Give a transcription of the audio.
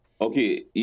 Okay